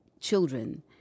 children